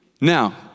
Now